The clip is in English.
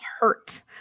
hurt